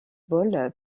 ball